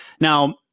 Now